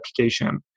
application